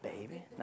baby